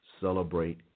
Celebrate